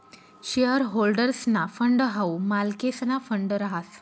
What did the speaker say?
share होल्डर्सना fund हाऊ मालकेसना फंड रहास